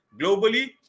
globally